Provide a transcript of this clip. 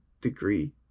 degree